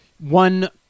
one